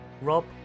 Rob